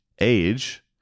age